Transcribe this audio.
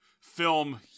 film